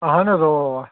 اَہَن حظ اَوا اَوا